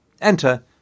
Enter